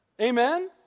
Amen